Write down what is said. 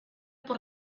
por